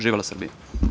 Živela Srbija.